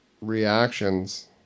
reactions